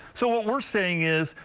so what we are saying is,